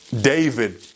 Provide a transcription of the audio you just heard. David